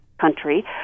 country